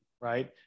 right